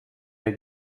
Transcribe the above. der